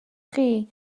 chi